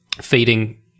feeding